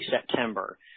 September –